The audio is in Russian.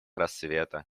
рассвета